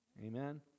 Amen